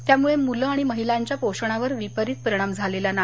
त्यामुळे मुलं आणि महिलांच्या पोषणावर विपरीत परिणाम झालेला नाही